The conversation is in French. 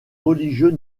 religieux